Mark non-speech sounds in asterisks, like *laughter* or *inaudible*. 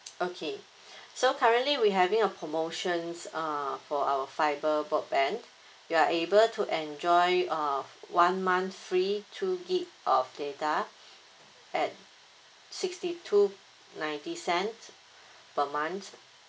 *noise* okay so currently we having a promotions uh for our fibre broadband you are able to enjoy uh one month free two gig of data at sixty two ninety cents per month